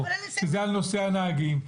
שזה על נושא הנהגים,